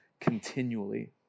continually